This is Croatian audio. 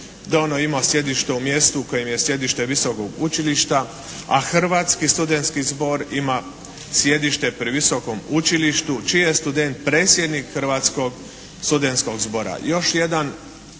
da ono ima sjedište u mjestu u kojem je sjedište visokog učilišta. A Hrvatski studenski zbor ima sjedište pri visokom učilištu čiji je student predsjednik Hrvatskog studenskog zbora.